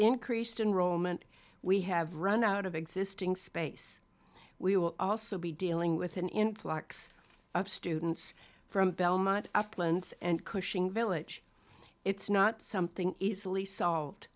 increased in rome and we have run out of existing space we will also be dealing with an influx of students from belmont uplands and cushing village it's not something easily solved